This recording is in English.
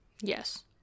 Yes